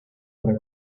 para